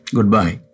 Goodbye